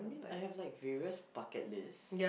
I mean I have like various bucket list